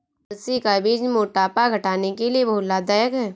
अलसी का बीज मोटापा घटाने के लिए बहुत लाभदायक है